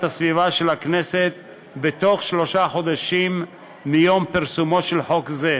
הסביבה של הכנסת בתוך שלושה חודשים מיום פרסומו של חוק זה.